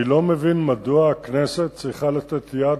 אני לא מבין מדוע הכנסת צריכה לתת יד